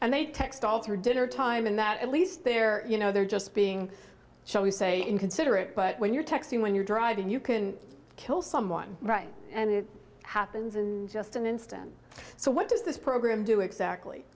and they text all to dinner time and that at least they're you know they're just being shall we say inconsiderate but when you're texting when you're driving you can kill someone right and it happens in just an instant so what does this program do exactly